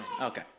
Okay